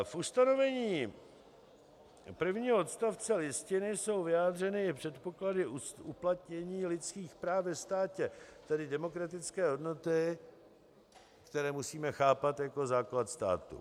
V ustanovení prvního odstavce Listiny jsou vyjádřeny i předpoklady uplatnění lidských práv ve státě, tedy demokratické hodnoty, které musíme chápat jako základ státu.